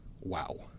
Wow